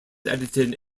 edited